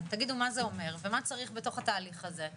אני בדיוק קיבלתי היום את אות ההערכה שלי של השירות בלבנון,